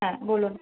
হ্যাঁ বলুন